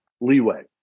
leeway